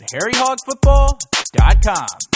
HarryHogFootball.com